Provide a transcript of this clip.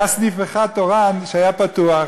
היה סניף אחד תורן שהיה פתוח.